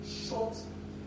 short